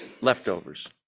Leftovers